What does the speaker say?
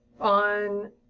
on